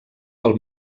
pel